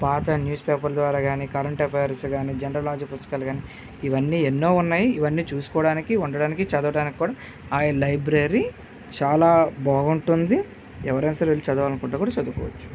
పాత న్యూస్ పేపర్లు ద్వారా కానీ కరెంటు అఫైర్స్ కానీ జనరల్ నాలెడ్జి పుస్తకాలు కానీ ఇవన్నీ ఎన్నో ఉన్నాయి ఇవన్నీ చూసుకోవడానికి ఉండడానికి చదవడానికి కూడా ఆ లైబ్రరీ చాలా బాగుంటుంది ఎవరైనా సరే వెళ్ళి చదవాలి అనుకుంటే కూడా చదువుకోవచ్చు